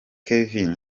kevin